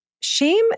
Shame